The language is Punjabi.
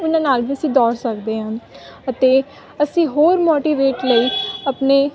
ਉਹਨਾਂ ਨਾਲ ਵੀ ਅਸੀਂ ਦੌੜ ਸਕਦੇ ਹਾਂ ਅਤੇ ਅਸੀਂ ਹੋਰ ਮੋਟੀਵੇਟ ਲਈ ਆਪਣੇ